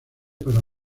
para